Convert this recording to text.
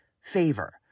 favor